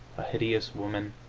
a hideous woman,